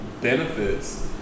benefits